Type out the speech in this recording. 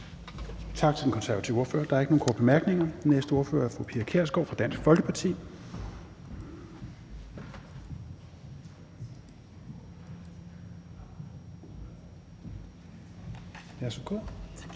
Tak til den konservative ordfører. Der er ikke nogen korte bemærkninger. Den næste ordfører er fru Pia Kjærsgaard for Dansk Folkeparti.